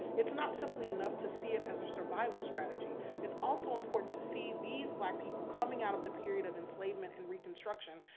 it's not simply enough to see it as a survival strategy. it's also important to see these black people coming out of the period of enslavement and reconstruction,